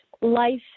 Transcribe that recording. life